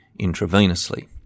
intravenously